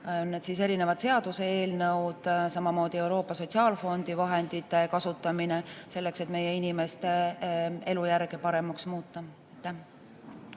Need on erinevad seaduseelnõud, samamoodi Euroopa Sotsiaalfondi vahendite kasutamine, selleks et meie inimeste elujärge paremaks muuta.